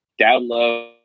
download